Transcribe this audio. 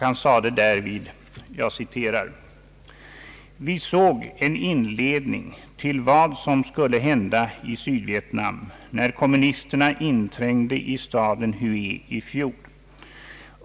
Han sade därvid: »Vi såg en inledning till vad som skulle hända i Sydvietnam, när kommunisterna inträngde i staden Hué i fjol.